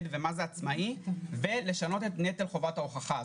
ומיהו עצמאי ולשנות את נטל חובת ההוכחה.